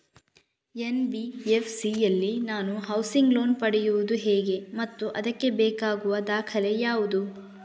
NBFC ಯಲ್ಲಿ ನಾನು housing loan ಪಡೆಯುದು ಹೇಗೆ ಮತ್ತು ಅದಕ್ಕೆ ಬೇಕಾಗುವ ದಾಖಲೆ ಯಾವುದು?